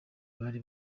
bari